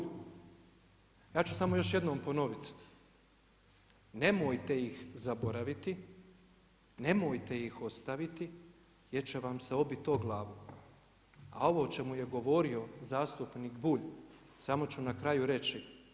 Ja ću samo još jednom ponoviti, nemojte ih zaboraviti, nemojte ih ostaviti jer će vam se obiti o glavu a ovo o čemu je govorio zastupnik Bulj samo ću na kraju reći.